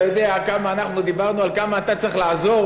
אתה יודע כמה דיברנו על כמה אתה צריך לעזור